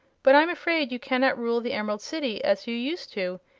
but i'm afraid you cannot rule the emerald city, as you used to,